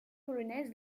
polonaise